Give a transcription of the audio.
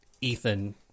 Ethan